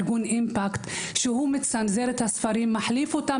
ארגון Impact שמצנזר את הספרים ומחליף אותם